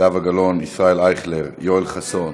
זהבה גלאון, ישראל אייכלר, יואל חסון,